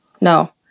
no